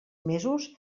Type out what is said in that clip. mesos